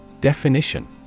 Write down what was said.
Definition